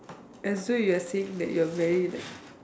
as though you are saying that you are very like